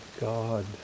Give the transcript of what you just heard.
God